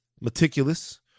meticulous